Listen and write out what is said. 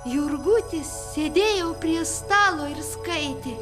jurgutis sėdėjo prie stalo ir skaitė